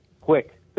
quick